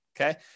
okay